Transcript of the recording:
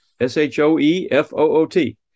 S-H-O-E-F-O-O-T